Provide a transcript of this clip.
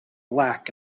black